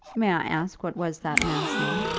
may i ask what was that man's name?